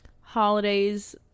holidays